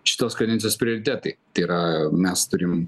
šitos kadencijos prioritetai tai yra mes turim